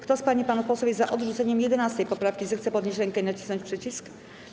Kto z pań i panów posłów jest za odrzuceniem 11. poprawki, zechce podnieść rękę i nacisnąć przycisk.